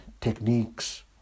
techniques